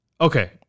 Okay